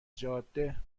جاده